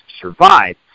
survive